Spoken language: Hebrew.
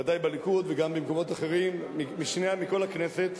ודאי בליכוד וגם במקומות אחרים, מכל הכנסת,